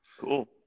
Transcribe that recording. Cool